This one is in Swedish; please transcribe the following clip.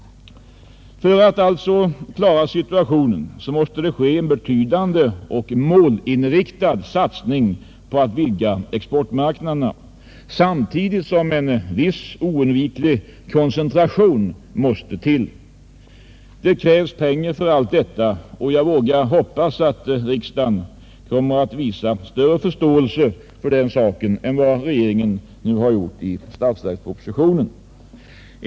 För att klara situationen måste man alltså göra en betydande, målinriktad satsning på att vidga exportmarknaderna samtidigt som en viss, oundviklig koncentration måste till. Det krävs pengar för allt detta, och jag vågar hoppas att riksdagen kommer att visa större förståelse än vad regeringen nu har gjort i statsverkspropositionen.